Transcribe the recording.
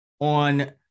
on